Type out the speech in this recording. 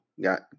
got